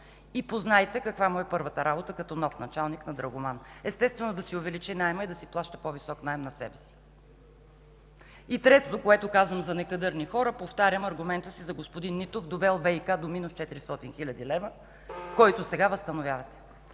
И познайте каква му е първата работа като нов началник на Драгоман – естествено, да си увеличи наема и да си плаща по-висок наем на себе си. Третото, което казвам за некадърни хора, повтарям аргумента си за господин Нитов, довел ВиК до минус 400 хил. лв., който сега възстановявате.